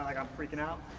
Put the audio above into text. like i'm freaking out.